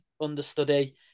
understudy